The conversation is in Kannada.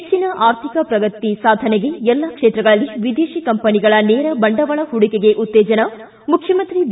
ಹೆಚ್ಚಿನ ಅರ್ಥಿಕ ಪ್ರಗತಿ ಸಾಧನೆಗೆ ಎಲ್ಲಾ ಕ್ಷೇತ್ರಗಳಲ್ಲಿ ವಿದೇಶಿ ಕಂಪನಿಗಳ ನೇರ ಬಂಡವಾಳ ಹೂಡಿಕೆಗೆ ಉತ್ತೇಜನ ಮುಖ್ಚಮಂತ್ರಿ ಬಿ